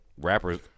rappers